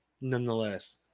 nonetheless